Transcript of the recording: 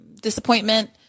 disappointment